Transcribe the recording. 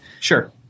Sure